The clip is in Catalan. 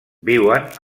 viuen